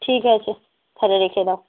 ঠিক আছে তাহলে রেখে দাও